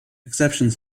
exceptions